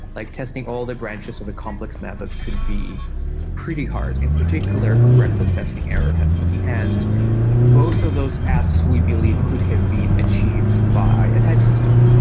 like testing all the branches of a complex method could be pretty hard, in particular, correctly testing error handling. and both of those asks we believe could have been achieved by a type system.